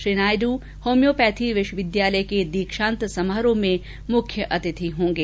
Shri Naidu homeopathy विश्वविद्यालय के दीक्षांत समारोह में मुख्य अतिथि होंगे